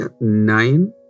nine